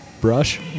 Brush